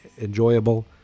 enjoyable